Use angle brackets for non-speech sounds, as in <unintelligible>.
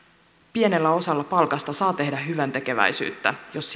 pienellä osalla palkasta saa tehdä hyväntekeväisyyttä jos <unintelligible>